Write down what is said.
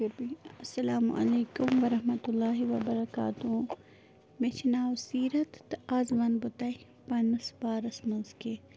السَلامُ علیکُم وَرحمتُہ للہِ وَبَرَکاتہوٗ مےٚ چھِ ناو سیٖرت تہٕ آز وَنہٕ بہٕ تۄہہِ پنٛنِس بارس منٛز کیٚنٛہہ